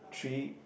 three